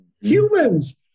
humans